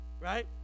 right